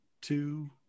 two